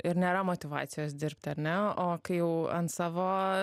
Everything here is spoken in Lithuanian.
ir nėra motyvacijos dirbti ar ne o kai jau ant savo